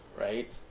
right